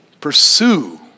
Pursue